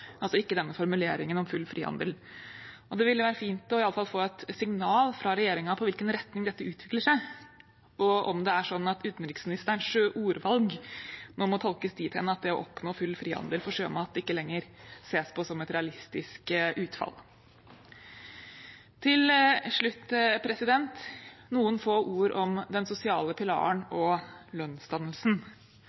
altså ikke formuleringen om full frihandel. Det ville være fint i alle fall å få et signal fra regjeringen om i hvilken retning dette utvikler seg, og om det er slik at utenriksministerens ordvalg nå må tolkes dit hen at det å oppnå full frihandel for sjømat ikke lenger ses på som et realistisk utfall. Til slutt noen få ord om den sosiale pilaren og lønnsdannelsen.